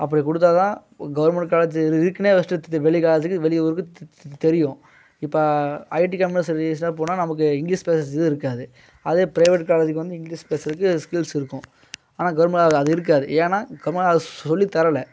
அப்படி கொடுத்தா தான் கவுர்மெண்ட் காலேஜ்ஜு இதுக்குனே ஃபஸ்ட்டு வெளி காலேஜுக்கு வெளி ஊருக்கு தெரியும் இப்போ ஐடி கம்பெனிஸ் போனால் நமக்கு இங்கிலீஷ் பேசுகிறது இருக்காது அதே ப்ரைவேட் காலேஜுக்கு வந்து இங்கிலீஷ் பேசுகிறக்கு ஸ்கில்ஸ் இருக்கும் ஆனால் கவுர்மெண்ட் அது இருக்காது ஏன்னால் கவுர்மெண்ட் காலேஜ் அது சொல்லித் தரல